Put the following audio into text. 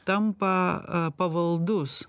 tampa pavaldus